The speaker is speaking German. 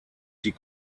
die